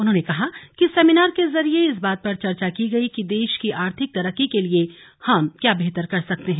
उन्होंने कहा कि इस सेमिनार के जरिए इस बात पर चर्चा की गई कि देश की आर्थिक तरक्की के लिए हम क्या बेहतर कर सकते हैं